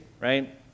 right